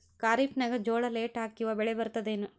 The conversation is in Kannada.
ಖರೀಫ್ ನಾಗ ಜೋಳ ಲೇಟ್ ಹಾಕಿವ ಬೆಳೆ ಬರತದ ಏನು?